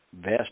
vest